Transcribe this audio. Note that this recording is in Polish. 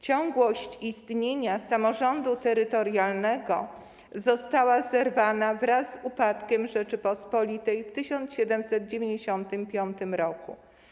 Ciągłość istnienia samorządu terytorialnego została zerwana wraz z upadkiem Rzeczypospolitej w 1795 r.